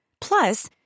Plus